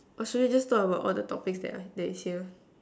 or should we just talk about all the topics that are that is here